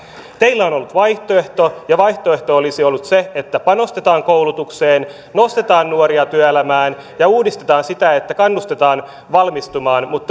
teillä on ollut vaihtoehto ja vaihtoehto olisi ollut se että panostetaan koulutukseen nostetaan nuoria työelämään ja uudistetaan sitä että kannustetaan valmistumaan mutta